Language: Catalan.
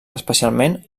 especialment